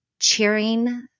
cheering